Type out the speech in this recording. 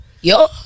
Yo